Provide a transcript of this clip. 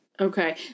Okay